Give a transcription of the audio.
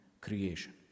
creation